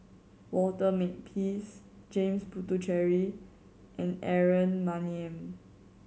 Walter Makepeace James Puthucheary and Aaron Maniam